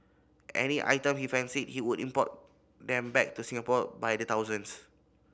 any items he fancied he would import them back to Singapore by the thousands